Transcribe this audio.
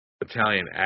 Italian